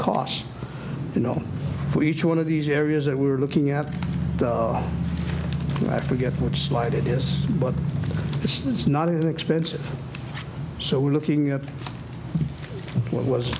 costs you know each one of these areas that we're looking at i forget what slide it is but it's not inexpensive so we're looking at what was